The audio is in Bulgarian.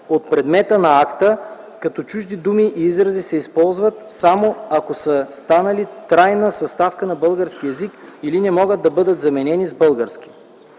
от предмета на акта, като чужди думи и изрази се използват само, ако са станали трайна съставка на българския език или не могат да бъдат заменени с български”.